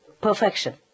Perfection